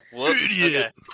Idiot